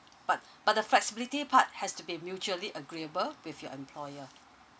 part but the flexibility part has to be mutually agreeable with your employer